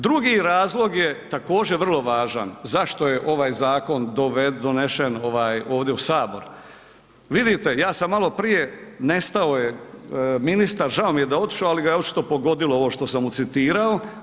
Drugi razlog je također vrlo važan, zašto je ovaj zakon donesen ovdje u Sabor. vidite ja sam maloprije, nestao je ministar, žao mi je da je otišao ali ga je očito pogodilo ovo što sam mu citirao.